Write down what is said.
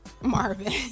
Marvin